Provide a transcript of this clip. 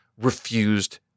refused